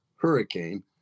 hurricane